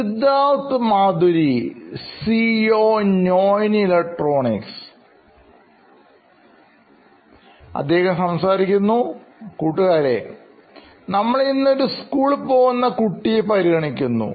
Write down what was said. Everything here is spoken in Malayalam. സിദ്ധാർത്ഥ് മാധുരി സിഇഒ നോയിൻ ഇലക്ട്രോണിക്സ് കൂട്ടുകാരെ നമ്മൾ ഇന്ന് ഒരു സ്കൂളിൽ പോകുന്ന ഒരു കുട്ടിയെ പരിഗണിക്കുന്നു